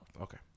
Okay